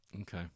okay